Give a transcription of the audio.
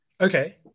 Okay